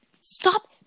stop